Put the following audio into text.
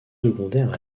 secondaires